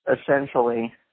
essentially